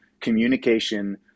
communication